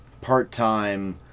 part-time